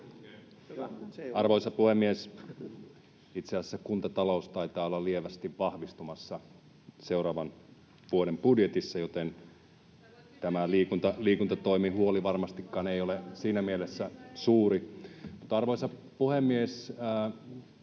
Arvoisa puhemies! Itse asiassa kuntatalous taitaa olla lievästi vahvistumassa seuraavan vuoden budjetissa, joten tämä liikuntatoimihuoli ei ole varmastikaan siinä mielessä suuri. [Välihuutoja